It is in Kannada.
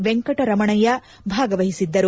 ವೆಂಕಟರಮಣಯ್ಯ ಭಾಗವಹಿಸಿದ್ದರು